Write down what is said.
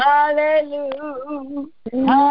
Hallelujah